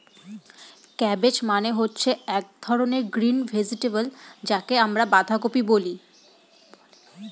cabbage মানে হচ্ছে এক ধরনের গ্রিন ভেজিটেবল যাকে আমরা বাঁধাকপি বলে